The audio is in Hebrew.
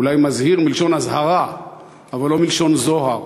אולי מזהיר מלשון אזהרה אבל לא מלשון זוהר.